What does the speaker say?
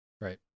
Right